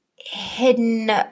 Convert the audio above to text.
hidden